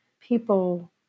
people